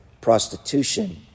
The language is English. prostitution